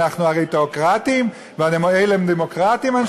אנחנו הרי תיאוקרטים ואלה דמוקרטים,